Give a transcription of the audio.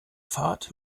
fahrt